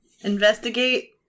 Investigate